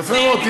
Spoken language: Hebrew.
יפה מאוד.